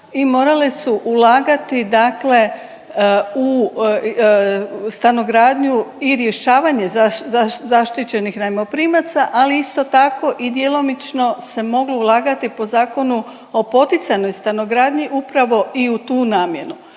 morale su ulagati dakle u stanogradnju i rješavanje zaštićenih najmoprimaca, ali isto tako i djelomično se moglo ulagati po Zakonu o poticajnoj stanogradnji upravo i u tu namjenu.